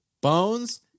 Bones